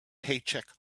paycheck